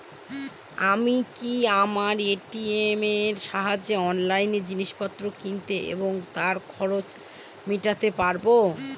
আমি কি আমার এ.টি.এম এর সাহায্যে অনলাইন জিনিসপত্র কিনতে এবং তার খরচ মেটাতে পারব?